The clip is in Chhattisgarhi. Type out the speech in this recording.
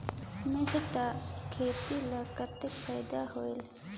मिश्रीत खेती ल कतना फायदा होयल?